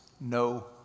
no